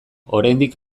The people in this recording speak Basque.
oraindik